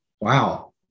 wow